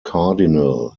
cardinal